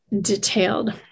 detailed